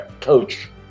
coach